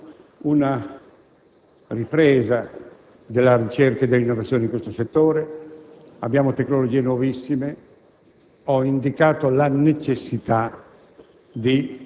L'Italia non può permettersi di non partecipare a questa nuova mobilitazione per evitare il disastro collettivo.